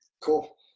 cool